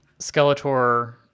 Skeletor